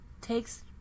takes